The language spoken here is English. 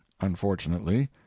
unfortunately